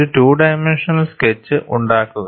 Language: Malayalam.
ഒരു ടു ഡൈമെൻഷനൽ സ്കെച്ച് ഉണ്ടാക്കുക